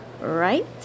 right